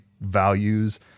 values